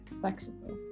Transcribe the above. flexible